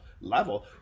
level